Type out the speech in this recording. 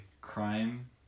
crime